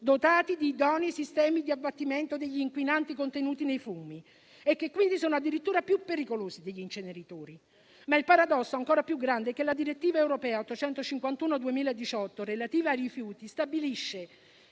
dotati di idonei sistemi di abbattimento degli inquinanti contenuti nei fumi e quindi sono addirittura più pericolosi degli inceneritori. Il paradosso ancora più grande è però che la direttiva europea n. 851 del 2018, relativa ai rifiuti, stabilisce